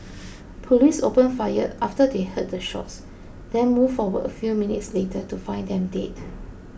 police opened fire after they heard the shots then moved forward a few minutes later to find them dead